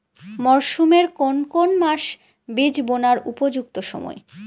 মরসুমের কোন কোন মাস বীজ বোনার উপযুক্ত সময়?